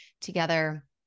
together